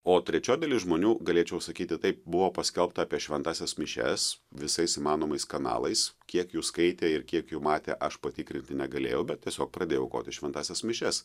o trečioji dalis žmonių galėčiau sakyti taip buvo paskelbta apie šventąsias mišias visais įmanomais kanalais kiek jų skaitė ir kiek jų matė aš patikrinti negalėjau bet tiesiog pradėjau aukoti šventąsias mišias